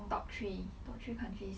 top three top three countries